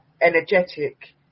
energetic